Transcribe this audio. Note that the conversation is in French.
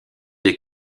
des